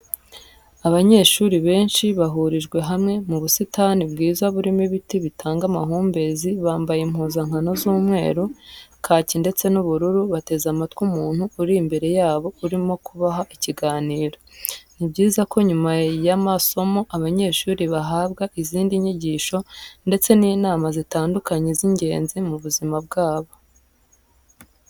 Abanyeshuri benshi bahurijwe hamwe mu busitani bwiza burimo ibiti bitanga amahumbezi bambaye impuzankano z'umweru, kaki ndetse n'ubururu bateze amatwi umuntu uri imbere yabo urimo kubaha ikiganiro. Ni byiza ko nyuma y'amasomo abanyeshuri bahabwa izindi nyigisho ndetse n'inama zitandukanye z'ingenzi mu buzima bwabo.